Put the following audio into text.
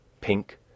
pink